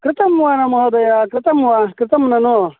कृतं वा न महोदय कृतं वा कृतं ननु